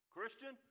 Christian